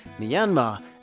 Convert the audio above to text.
Myanmar